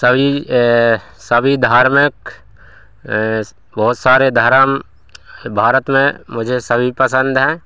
सभी सभी धार्मिक बहुत सारे धर्म भारत में मुझे सभी पसंद है